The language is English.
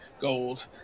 gold